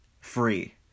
free